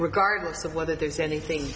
regardless of whether there's anything